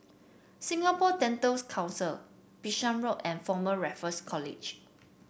Singapore Dental Council Bishan Road and Former Raffles College